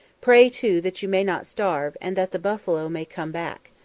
pray, too, that you may not starve, and that the buffalo may come back.